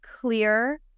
clear